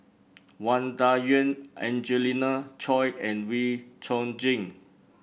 Wang Dayuan Angelina Choy and Wee Chong Jin